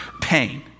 pain